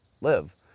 live